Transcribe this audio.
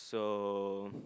so